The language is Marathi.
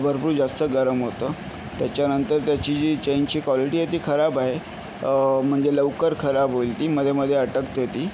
भरपूर जास्त गरम होतं त्याच्यानंतर त्याची जी चेनची कॉलिटी आहे ती खराब आहे म्हणजे लवकर खराब होईल ती मधेमधे अटकते ती